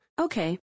okay